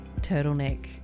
turtleneck